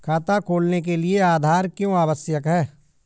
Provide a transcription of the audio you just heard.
खाता खोलने के लिए आधार क्यो आवश्यक है?